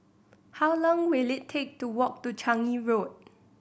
how long will it take to walk to Changi Road